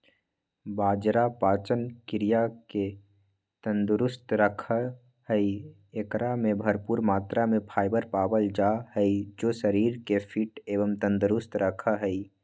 बाजरा पाचन क्रिया के तंदुरुस्त रखा हई, एकरा में भरपूर मात्रा में फाइबर पावल जा हई जो शरीर के फिट एवं तंदुरुस्त रखा हई